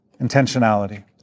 Intentionality